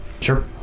Sure